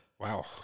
Wow